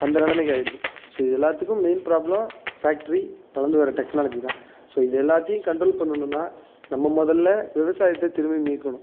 அந்த நிலமைக்கு ஆயிடுது ஸோ இது எல்லாத்துக்கும் மெயின் ப்ராப்ளம் ஃபேக்ட்ரி வளர்ந்து வர டெக்னாலஜி தான் ஸோ இது எல்லாத்தையும் கண்ட்ரோல் பண்ணணும்னா நம்ம முதல்ல விவசாயத்தை திரும்பி மீட்கணும்